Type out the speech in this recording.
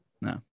No